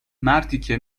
مرتیکه